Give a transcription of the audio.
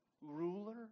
ruler